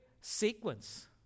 sequence